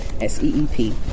S-E-E-P